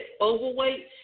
overweight